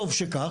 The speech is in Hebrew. טוב שכך,